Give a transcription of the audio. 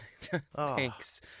Thanks